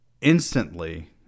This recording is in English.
instantly